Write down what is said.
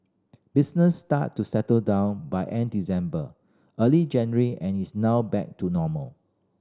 business started to settle down by end December early January and is now back to normal